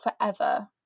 forever